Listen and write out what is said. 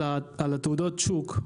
על תעודות השוק,